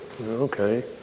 Okay